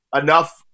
enough